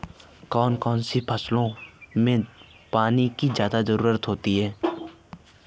कौन कौन सी फसलों में पानी की ज्यादा ज़रुरत होती है?